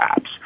apps